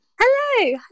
Hello